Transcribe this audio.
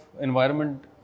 Environment